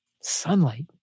Sunlight